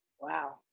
wow